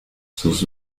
sus